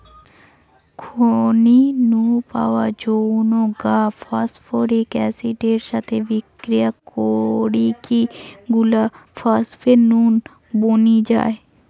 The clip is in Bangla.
খনি নু পাওয়া যৌগ গা ফস্ফরিক অ্যাসিড এর সাথে বিক্রিয়া করিকি গুলা ফস্ফেট নুন বনি যায়